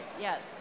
Yes